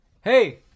Hey